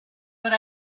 but